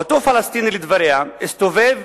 אותו פלסטיני, לדבריה, הסתובב